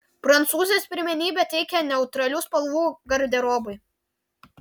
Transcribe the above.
prancūzės pirmenybę teikia neutralių spalvų garderobui